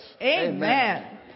Amen